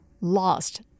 lost